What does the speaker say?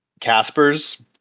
Casper's